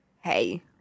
hey